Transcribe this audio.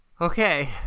Okay